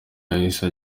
yahise